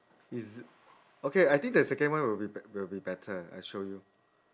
is okay I think the second one will be b~ will be better I show you